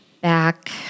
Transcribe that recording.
back